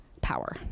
power